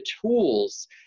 tools